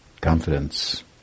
confidence